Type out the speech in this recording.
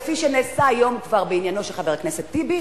כפי שנעשה היום כבר בעניינו של חבר הכנסת טיבי,